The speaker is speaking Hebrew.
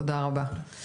תודה רבה.